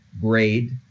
grade